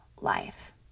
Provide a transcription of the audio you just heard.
life